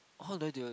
how do I deal